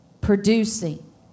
producing